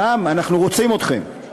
שם אנחנו רוצים אתכם.